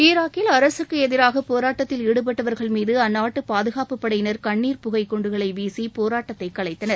ஈராக்கில் அரசுக்கு எதிராக போராட்டத்தில் ஈடுபட்டவர்கள் மீது அந்நாட்டு பாதுகாப்பு படையினர் கண்ணீர் புகை குண்டுகளை வீசி கலைத்தனர்